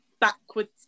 backwards